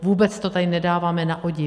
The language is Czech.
Vůbec to tady nedáváme na odiv.